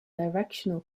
directional